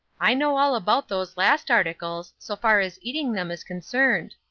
i know all about those last articles, so far as eating them is concerned,